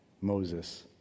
Moses